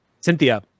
Cynthia